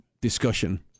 discussion